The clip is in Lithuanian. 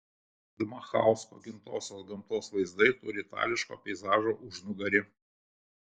dmachausko gimtosios gamtos vaizdai turi itališko peizažo užnugarį